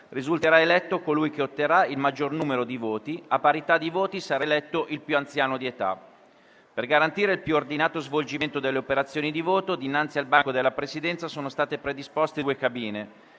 Risulterà eletto colui che otterrà il maggior numero di voti. A parità di voti, sarà eletto il più anziano di età. Per garantire il più ordinato svolgimento delle operazioni di voto, dinanzi al banco della Presidenza sono state predisposte due cabine.